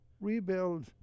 rebuild